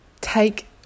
take